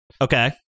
Okay